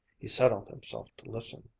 he settled himself to listen.